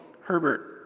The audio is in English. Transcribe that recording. Herbert